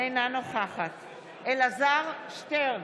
אינה נוכחת אלעזר שטרן,